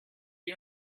you